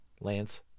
Lance